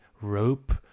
rope